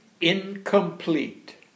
incomplete